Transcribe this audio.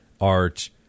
art